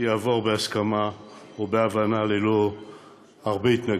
יעבור בהסכמה ובהבנה ללא הרבה התנגדות.